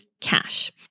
cash